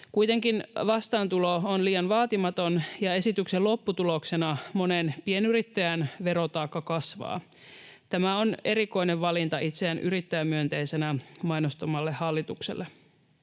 Kuitenkin vastaantulo on liian vaatimaton ja esityksen lopputuloksena monen pienyrittäjän verotaakka kasvaa. Tämä on erikoinen valinta itseään yrittäjämyönteisenä mainostavalle hallitukselle.